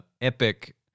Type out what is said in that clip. epic